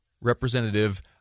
Representative